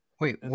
Wait